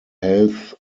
health